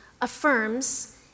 affirms